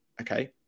Okay